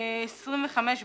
בסעיף 25ב1(ג)